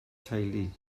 teulu